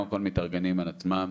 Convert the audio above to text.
הם קודם כל מתארגנים על עצמם,